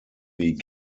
wie